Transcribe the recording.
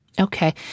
Okay